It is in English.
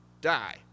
die